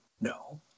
No